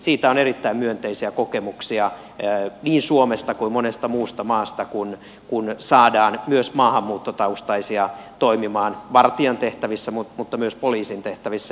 siitä on erittäin myönteisiä kokemuksia niin suomesta kuin monesta muusta maasta kun saadaan myös maahanmuuttotaustaisia toimimaan vartijan tehtävissä mutta myös poliisin tehtävissä